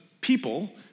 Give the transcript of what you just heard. people